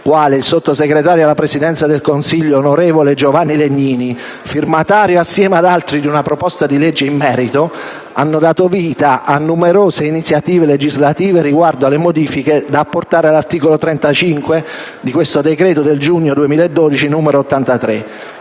quale il sottosegretario alla Presidenza del Consiglio, senatore Giovanni Legnini, firmatario assieme ad altri di una proposta di legge in merito, hanno dato vita a numerose iniziative legislative riguardo alle modifiche da apportare all'articolo 35 del decreto n. 83 del giugno 2012, iniziative